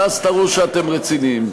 ואז תראו שאתם רציניים.